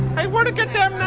hey, where'd it get them